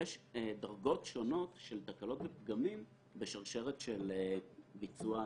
יש דרגות שונות של תקלות ופגמים בשרשרת של ביצוע התשלום.